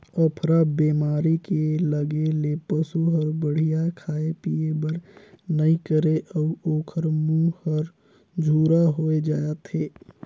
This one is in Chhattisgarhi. अफरा बेमारी के लगे ले पसू हर बड़िहा खाए पिए बर नइ करे अउ ओखर मूंह हर झूरा होय जाथे